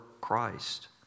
Christ